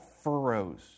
furrows